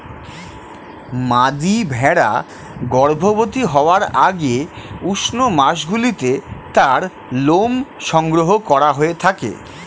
মাদী ভেড়া গর্ভবতী হওয়ার আগে উষ্ণ মাসগুলিতে তার লোম সংগ্রহ করা হয়ে থাকে